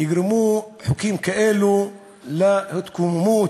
חוקים כאלו יגרמו להתקוממות.